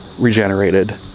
regenerated